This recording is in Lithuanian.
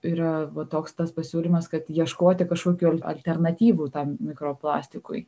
yra toks tas pasiūlymas kad ieškoti kažkokių alternatyvų tam mikroplastikui